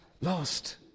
lost